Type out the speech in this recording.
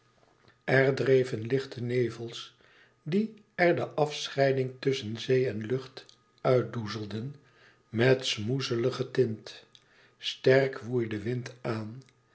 er dreven lichte nevels die er de afscheiding tusschen zee en lucht uitdoezelden met smoezelige tint sterk woei de wind aan